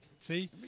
See